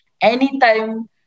anytime